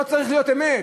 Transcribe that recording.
זה לא צריך להיות אמת.